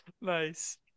Nice